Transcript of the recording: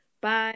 bye